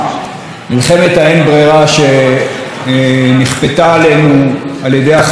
מלחמת האין-ברירה שנכפתה עלינו על ידי החמאס בעזה,